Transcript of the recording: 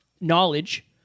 knowledge